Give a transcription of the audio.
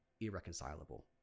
irreconcilable